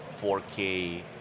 4K